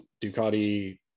Ducati